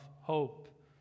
hope